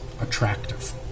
attractive